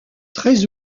très